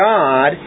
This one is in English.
God